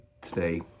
today